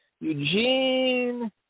Eugene